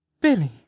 Billy